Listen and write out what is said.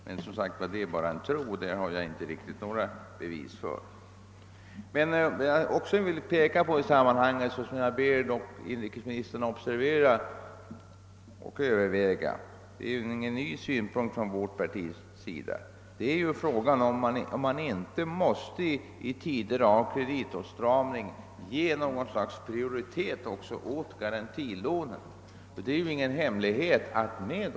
Men detta är som sagt bara en gissning. I detta sammanhang vill jag också fästa uppmärksamheten på frågan — jag vill särskilt be inrikesministern Ööverväga detta, som inte är någon ny synpunkt från vårt parti — om man inte i tider av kreditåtstramning måste ge garantilånen något slags prioritet.